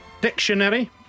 Dictionary